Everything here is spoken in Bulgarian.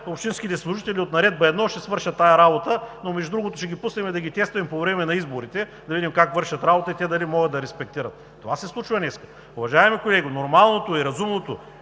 общинските служители от Наредба № 1 ще свършат тази работа, но, между другото, ще ги пуснем да ги тестваме по време на изборите да видим как вършат работа и те дали могат да респектират. Това се случва днес. Уважаеми колеги, нормалното и разумното